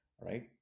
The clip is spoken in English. right